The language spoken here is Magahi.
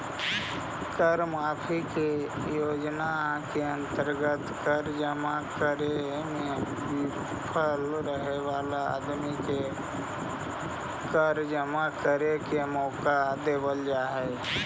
कर माफी के योजना के अंतर्गत कर जमा करे में विफल रहे वाला आदमी के कर जमा करे के मौका देवल जा हई